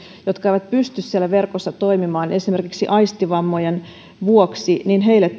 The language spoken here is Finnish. jotka eivät pysty siellä verkossa toimimaan esimerkiksi aistivammojen vuoksi se että heille